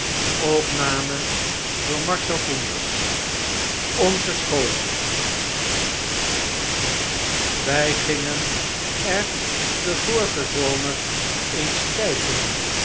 onze school wy gingen er den vorigen zomer eens kijken